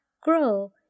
grow